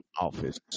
office